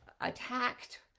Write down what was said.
attacked